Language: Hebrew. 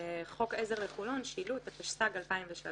עזר לחולון (שילוט), התשס"ג-2003.